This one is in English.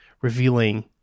revealing